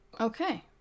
Okay